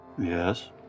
Yes